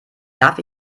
darf